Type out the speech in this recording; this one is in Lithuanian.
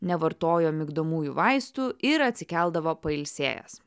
nevartojo migdomųjų vaistų ir atsikeldavo pailsėjęs